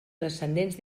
descendents